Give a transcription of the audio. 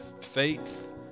faith